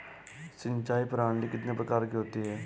सिंचाई प्रणाली कितने प्रकार की होती हैं?